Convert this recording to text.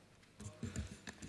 תודה.